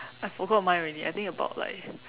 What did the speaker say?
I forgot mine already I think about like